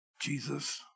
Jesus